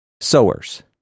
sowers